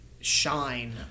shine